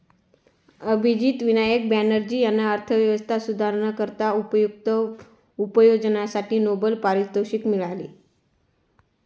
अभिजित विनायक बॅनर्जी यांना अर्थव्यवस्था सुधारण्याकरिता उपयुक्त उपाययोजनांसाठी नोबेल पारितोषिक मिळाले